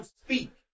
speak